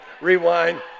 rewind